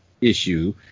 issue